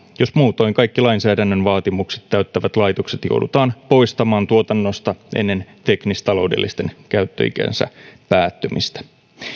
jos muutoin kaikki lainsäädännön vaatimukset täyttävät laitokset joudutaan poistamaan tuotannosta ennen teknistaloudellisen käyttöikänsä päättymistä